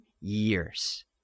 years